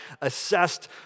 assessed